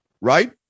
right